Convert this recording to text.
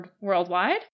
worldwide